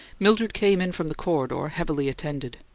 mildred came in from the corridor, heavily attended.